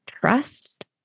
Trust